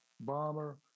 bomber